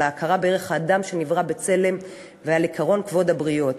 על ההכרה בערך האדם שנברא בצלם ועל עקרון כבוד הבריות".